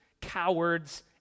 cowards